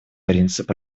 принцип